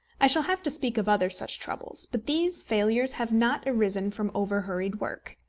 i shall have to speak of other such troubles. but these failures have not arisen from over-hurried work.